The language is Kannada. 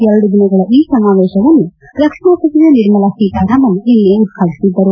ಎರಡು ದಿನಗಳ ಈ ಸಮಾವೇಶವನ್ನು ರಕ್ಷಣಾ ಸಚಿವೆ ನಿರ್ಮಲಾ ಸೀತಾರಾಮನ್ ನಿನ್ನೆ ಉದ್ವಾಟಿಬದ್ದರು